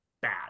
bad